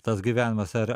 tas gyvenimas ar